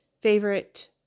favorite